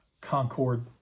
Concord